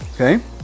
Okay